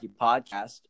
Podcast